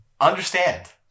understand